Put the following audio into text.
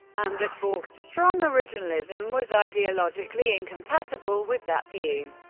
and that bork's strong originalism was ideologically incompatible with that view.